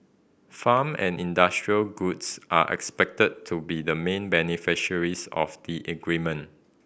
farm and industrial goods are expected to be the main beneficiaries of the agreement